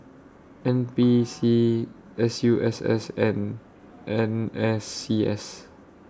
N P C S U S S and N S C S